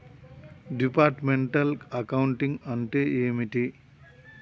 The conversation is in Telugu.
డిపార్ట్మెంటల్ అకౌంటింగ్ అంటే ఏమిటి?